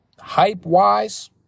hype-wise